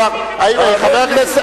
בית,